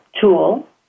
tool